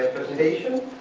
presentation.